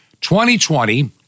2020